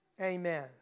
Amen